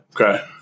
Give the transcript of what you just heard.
okay